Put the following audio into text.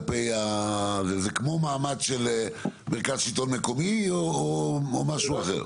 זה כמו מעמד של מרכז שלטון מקומי או משהו אחר?